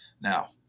Now